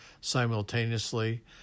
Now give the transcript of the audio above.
simultaneously